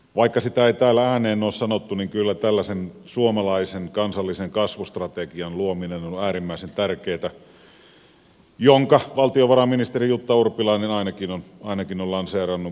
vaikka sitä ei täällä ääneen ole sanottu niin kyllä tällaisen suomalaisen kansallisen kasvustrategian luominen on äärimmäisen tärkeätä jonka valtiovarainministeri juttu urpilainen ainakin on lanseerannut